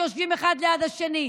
שיושבים אחד ליד השני.